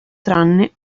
tranne